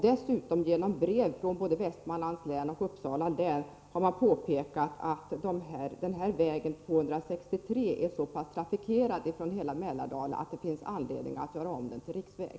Dessutom har man i brev från både Västmanlands län och Uppsala län påpekat att väg 263 är så pass trafikerad av bilar från hela Mälardalen att det finns anledning att göra om den till riksväg.